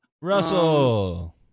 Russell